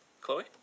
Chloe